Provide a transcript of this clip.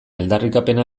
aldarrikapena